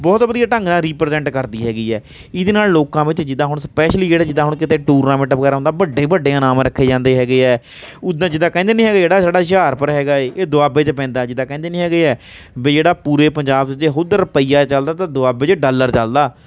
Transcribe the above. ਬਹੁਤ ਵਧੀਆ ਢੰਗ ਆ ਰੀਪ੍ਰਜੈਂਟ ਕਰਦੀ ਹੈਗੀ ਹੈ ਇਹਦੇ ਨਾਲ ਲੋਕਾਂ ਵਿੱਚ ਜਿੱਦਾਂ ਹੁਣ ਸਪੈਸ਼ਲੀ ਜਿਹੜਾ ਜਿੱਦਾਂ ਹੁਣ ਕਿਤੇ ਟੂਰਨਾਮੈਂਟ ਵਗੈਰਾ ਹੁੰਦਾ ਵੱਡੇ ਵੱਡੇ ਇਨਾਮ ਰੱਖੇ ਜਾਂਦੇ ਹੈਗੇ ਆ ਉੱਦਾਂ ਜਿੱਦਾਂ ਕਹਿੰਦੇ ਨਹੀਂ ਹੈਗੇ ਜਿਹੜਾ ਸਾਡਾ ਹੁਸ਼ਿਆਰਪੁਰ ਹੈਗਾ ਏ ਇਹ ਦੁਆਬੇ 'ਚ ਪੈਂਦਾ ਜਿਦਾਂ ਕਹਿੰਦੇ ਨਹੀਂ ਹੈਗੇ ਆ ਬਈ ਜਿਹੜਾ ਪੂਰੇ ਪੰਜਾਬ ਦੇ ਉਧਰ ਰੁਪਈਆ ਚੱਲਦਾ ਤਾਂ ਦੁਆਬੇ 'ਚ ਡਾਲਰ ਚਲਦਾ